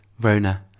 Rona